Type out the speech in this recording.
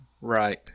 right